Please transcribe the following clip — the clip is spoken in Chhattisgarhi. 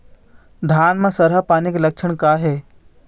धान म सरहा पान के लक्षण का हे?